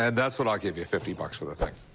and that's what i'll give you, fifty bucks for the thing.